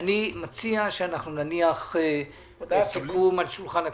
אני מציע שנניח סיכום על שולחן הכנסת,